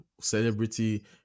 celebrity